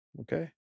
Okay